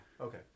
Okay